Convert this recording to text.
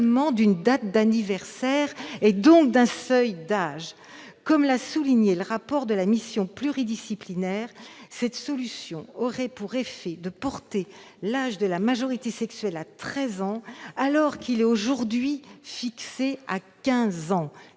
d'une date d'anniversaire, et donc d'un seuil d'âge. Comme l'a souligné le rapport de la mission pluridisciplinaire, cette solution aurait pour effet de porter l'âge de la majorité sexuelle à treize ans, alors qu'il est aujourd'hui fixé à quinze